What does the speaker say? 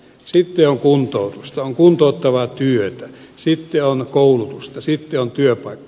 sitten on kuntoutusta on kuntouttavaa työtä sitten on koulutusta sitten on työpaikka